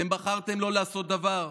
אתם בחרתם לא לעשות דבר.